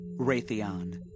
Raytheon